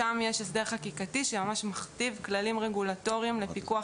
שם יש הסדר חקיקתי שממש מכתיב כללים רגולטוריים לפיקוח